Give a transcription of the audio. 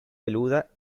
peluda